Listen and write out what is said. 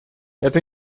это